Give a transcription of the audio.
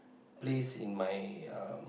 place in my uh